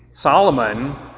Solomon